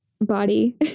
body